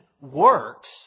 works